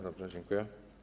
Dobrze, dziękuję.